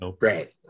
Right